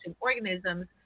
organisms